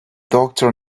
doctor